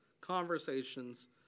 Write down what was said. conversations